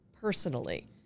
personally